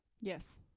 yes